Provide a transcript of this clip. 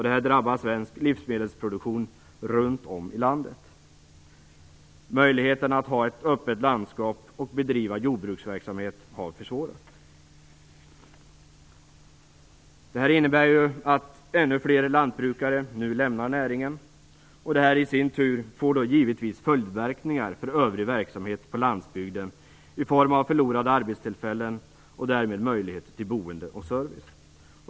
Detta drabbar svensk livsmedelsproduktion runt om i landet. Möjligheterna att ha ett öppet landskap och bedriva jordbruksverksamhet har försvårats. Detta innebär att ännu fler lantbrukare nu lämnar näringen. Detta i sin tur får givetvis följdverkningar för övrig verksamhet på landsbygden i form av förlorade arbetstillfällen och därmed möjlighet till boende och service.